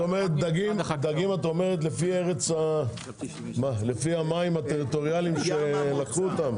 דגים לפי המים הטריטוריאליים שדגו אותם.